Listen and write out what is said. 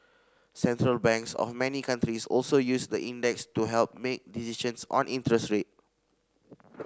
Central Banks of many countries also use the index to help make decisions on interest rate